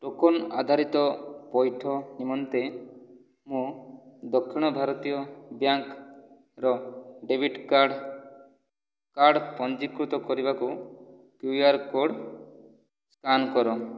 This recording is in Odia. ଟୋକନ ଆଧାରିତ ପଇଠ ନିମନ୍ତେ ମୋ' ଦକ୍ଷିଣ ଭାରତୀୟ ବ୍ୟାଙ୍କ୍ର ଡେବିଟ୍ କାର୍ଡ଼୍ କାର୍ଡ଼୍ ପଞ୍ଜୀକୃତ କରିବାକୁ କ୍ୟୁଆର୍ କୋଡ଼ ସ୍କାନ୍ କର